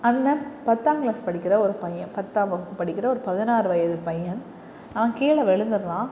அண்ணன் பத்தாம் கிளாஸ் படிக்கிற ஒரு பையன் பத்தாம் வகுப்பு படிக்கிற ஒரு பதினாறு வயது பையன் அவன் கீழே விழுந்தர்றான்